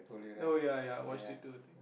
no ya ya I watched it too I think